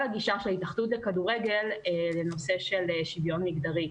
הגישה של התאחדות לכדורגל לנושא של שוויון מגדרי.